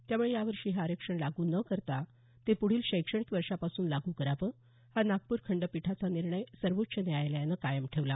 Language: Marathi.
त्यामुळे यावर्षी हे आरक्षण लागू न करता ते पुढील शैक्षणिक वर्षापासून लागू करावं हा नागपूर खंडपीठाचा निर्णय सर्वोच्च न्यायालयाने कायम ठेवला